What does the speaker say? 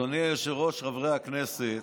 אדוני היושב-ראש, חברי הכנסת,